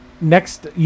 next